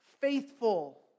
faithful